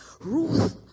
Ruth